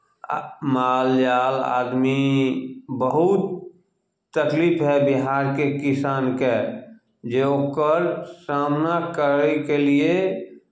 आ माल जाल आदमी बहुत तकलीफ हए बिहारके किसानके जे ओकर सामना करयके लिए